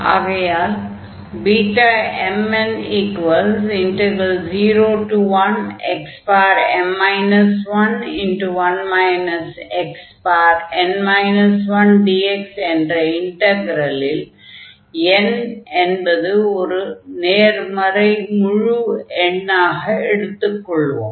ஆகையால் Bmn01xm 11 xn 1dx என்ற இன்டக்ரலில் n என்பது ஒரு நேர்மறை முழு எண்ணாக எடுத்துக் கொள்வோம்